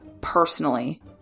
personally